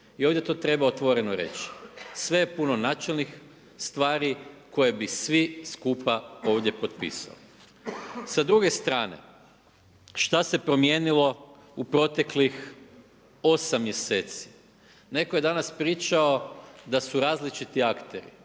I ovdje to treba otvoreno reći. Sve je puno načelnih stvari koje bi svi skupa ovdje potpisali. Sa druge strane što se promijenilo u proteklih 8 mjeseci? Netko je danas pričao da su različiti akteri.